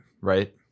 right